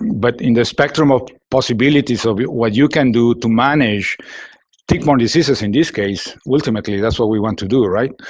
but in the spectrum of possibilities of what you can do to manage tick-borne diseases in this case, ultimately, that's what all we want to do, right?